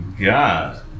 God